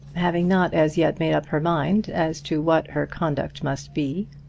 having not as yet made up her mind as to what her conduct must be.